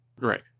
Right